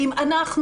ואם אנחנו,